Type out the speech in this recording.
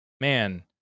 man